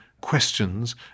questions